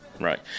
Right